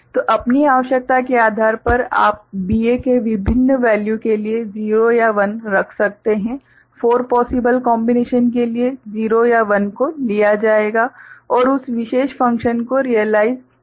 तो अपनी आवश्यकता के आधार पर आप इस BA के विभिन्न वैल्यू के लिए 0 या 1 रख सकते हैं 4 पोसिबल कोंबिनेशन के लिए 0 या 1 को लिया जाएगा और उस विशेष फ़ंक्शन को रीयलाइज़ किया जाएगा